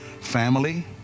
family